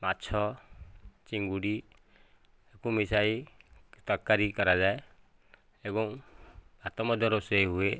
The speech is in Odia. ମାଛ ଚିଙ୍ଗୁଡ଼ିକୁ ମିଶାଇ ତରକାରୀ କରାଯାଏ ଏବଂ ଭାତ ମଧ୍ୟ ରୋଷେଇ ହୁଏ